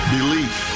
Belief